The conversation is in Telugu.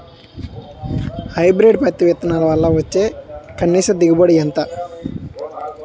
హైబ్రిడ్ పత్తి విత్తనాలు వల్ల వచ్చే కనీస దిగుబడి ఎంత?